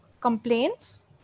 complaints